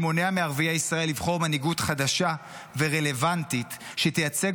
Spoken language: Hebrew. שמונע מערביי ישראל לבחור מנהיגות חדשה ורלוונטית שתייצג